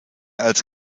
als